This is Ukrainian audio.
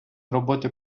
роботи